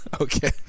Okay